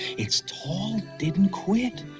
its tall didn't quit!